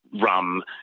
rum